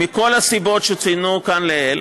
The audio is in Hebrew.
מכל הסיבות שצוינו כאן לעיל,